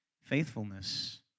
faithfulness